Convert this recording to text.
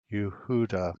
yehuda